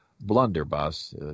blunderbuss